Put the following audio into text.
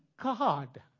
God